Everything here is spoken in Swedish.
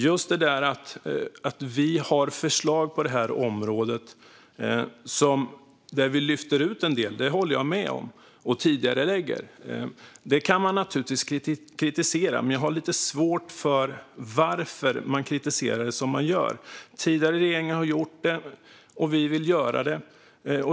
Just att vi har förslag på detta område där vi lyfter ut en del och tidigarelägger kan man naturligtvis kritisera. Men jag har lite svårt att förstå varför man kritiserar det som man gör. Tidigare regeringar har gjort detta, och vi vill göra det.